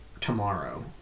tomorrow